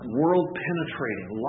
world-penetrating